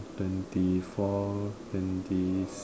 twenty four twenty